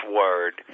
word